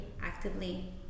actively